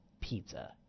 pizza